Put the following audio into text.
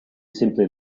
simply